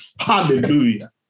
Hallelujah